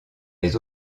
les